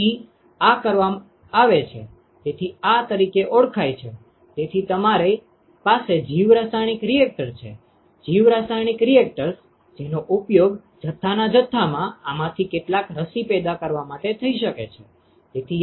તેથી આ કરવામાં આવે છે તેથી આ તરીકે ઓળખાય છે તેથી તમારી પાસે જીવરાસાયણિક રિએક્ટર છે જીવરાસાયણિક રિએક્ટર્સ જેનો ઉપયોગ જથ્થાના જથ્થામાં આમાંથી કેટલાક રસી પેદા કરવા માટે થઈ શકે છે